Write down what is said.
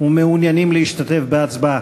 ומעוניינים להשתתף בהצבעה?